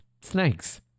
snakes